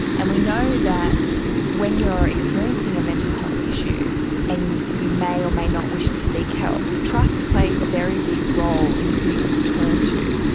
and we know that when you are experiencing a mental health issue and you may or may not wish to seek help, trust plays a very big role in who you will turn to,